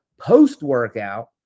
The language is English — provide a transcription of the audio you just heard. post-workout